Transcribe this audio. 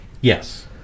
yes